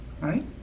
right